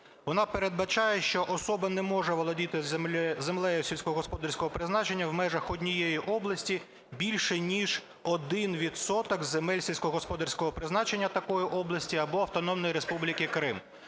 Вона передбачає, що особа не може володіти землею сільськогосподарського призначення в межах однієї області більше ніж 1 відсоток земель сільськогосподарського призначення такої області або Автономної Республіки Крим.